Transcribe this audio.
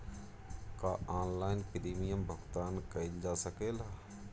का online premium भुगतान कईल जा सकेला?